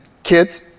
kids